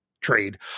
trade